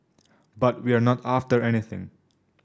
but we're not after anything